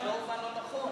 שאני לא אובן לא נכון,